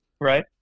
Right